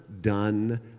done